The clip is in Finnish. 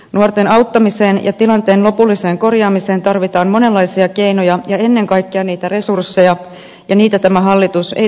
nuorten auttamiseen ja tilanteen lopulliseen korjaamiseen tarvitaan monenlaisia keinoja ja ennen kaikkea resursseja ja niitä tämä hallitus ei todellisuudessa lisää